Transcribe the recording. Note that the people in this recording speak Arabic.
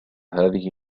هذه